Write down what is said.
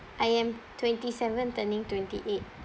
I am twenty seven turning twenty eight